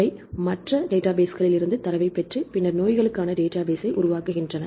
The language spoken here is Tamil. அவை மற்ற டேட்டாபேஸ்களிலிருந்து தரவைப் பெற்று பின்னர் நோய்களுக்கான டேட்டாபேஸ்ஐ உருவாக்குகின்றன